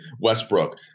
Westbrook